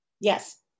Yes